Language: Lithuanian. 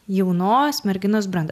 jaunos merginos brandą